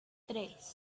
tres